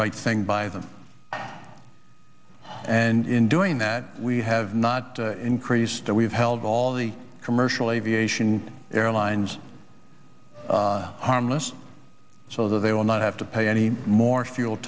right thing by them and in doing that we have not increased that we've held all the commercial aviation airlines harmless so they will not have to pay any more fuel